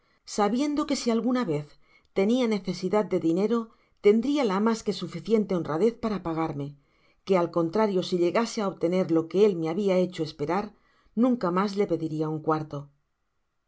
sabiendo que si alguna vez tenia necesidad de dinero tendria la mas que suficiente honradez para pagarme que al contrario si llegase á óbtener lo que él me hábia hecho esperar nunca mas li pediria un cuarto